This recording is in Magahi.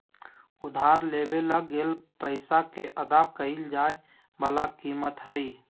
उधार लेवल गेल पैसा के अदा कइल जाय वला कीमत हइ